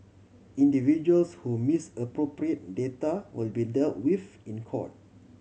individuals who misappropriate data will be dealt with in court